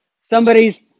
Somebody's